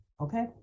okay